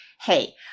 hey